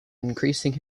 increasing